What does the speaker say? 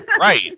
Right